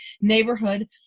neighborhood